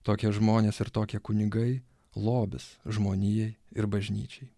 tokie žmonės ir tokie kunigai lobis žmonijai ir bažnyčiai